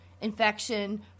infection